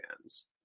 fans